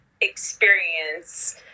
experience